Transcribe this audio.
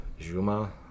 Juma